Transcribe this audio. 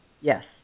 Yes